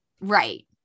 Right